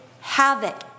havoc